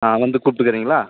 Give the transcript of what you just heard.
ஆ வந்து கூப்பிட்டுக்குறீங்களா